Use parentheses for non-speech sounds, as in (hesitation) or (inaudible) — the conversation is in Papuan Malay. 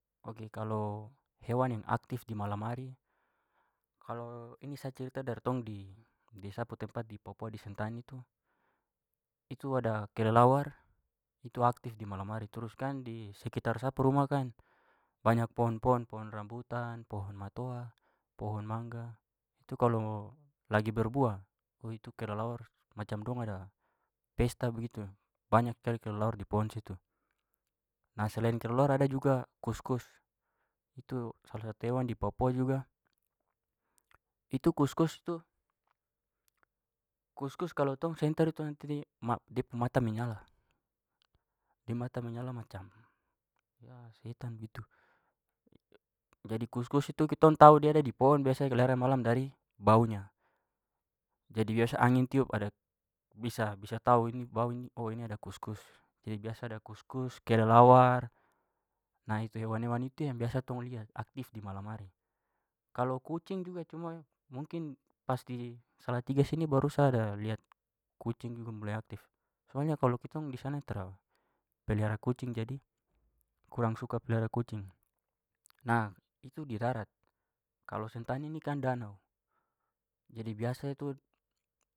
Ok, kalau hewan yang aktif di malam hari. Kalau- ini sa cerita dari tong di- di sa pu tempat di papua di sentani tu, itu ada kelelawar itu aktif di malam hari. Terus kan di sekitar sa pu rumah kan banyak pohon-pohon, pohon rambutan, pohon matoa, pohon mangga, itu kalau lagi berbuah oh itu kelelawar macam dong ada pesta begitu. Banyak sekali kelelawar di pohon situ. Nah, selain kelelawar ada juga kuskus. Itu salah satu hewan di papua juga. Itu kuskus tu, kuskus kalau tong senter itu nanti de ma- de pu mata menyala. Da mata menyala macam (hesitation) setan begitu. Jadi kuskus itu kitong tahu dia ada di pohon biasa (unintelligible) malam dari baunya. Jadi biasa angin tiup ada- bisa- bisa tahu ini bau ini oh ini ada kuskus. Jadi biasa ada kuskus, kelelawar, nah itu. Hewan-hewan itu yang biasa tong lihat aktif di malam hari. Kalau kucing juga, cuma mungkin pas di salatiga sini baru sa ada lihat kucing juga mulai aktif. Soalnya kalau kitong di sana tra pelihara kucing jadi. Kurang suka pelihara kucing. Nah, itu di darat. Kalau sentani ini kan danau, jadi biasa itu.